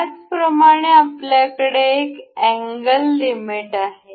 त्याचप्रमाणे आपल्याकडे एक अँगल लिमिट आहे